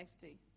safety